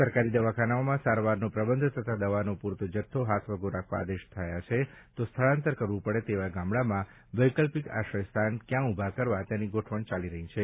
સરકારી દવાખાનાઓમાં સારવારનો પ્રબંધ તથા દવાનો પુરતો જથ્થો હાથવગો રાખવા આદેશ થયા છે તો સ્થળાંતર કરવું પડે તેવા ગામડામાં વૈકલ્પિક આશ્રયસ્થાન ક્યાં ઉભા કરવા તેની ગોઠવણ ચાલી રહી છે